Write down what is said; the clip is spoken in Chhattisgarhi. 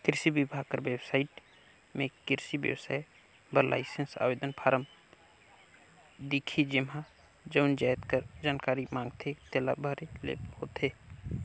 किरसी बिभाग कर बेबसाइट में किरसी बेवसाय बर लाइसेंस आवेदन फारम दिखही जेम्हां जउन जाएत कर जानकारी मांगथे तेला भरे ले होथे